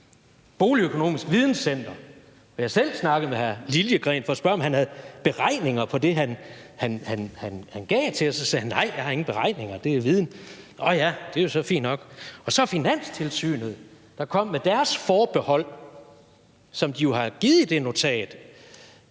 Boligøkonomisk Videncenter, hvor jeg selv snakkede med hr. Curt Liliegreen for at spørge, om man havde beregninger på det, han gav til os, og han så sagde: Nej, jeg har ingen beregninger; det er viden. Nå ja, det er så fint nok. Og så er også Finanstilsynet kommet med deres forbehold, som de jo har givet i det notat,